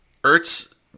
Ertz